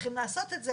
צריכים לעשות את זה,